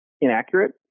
inaccurate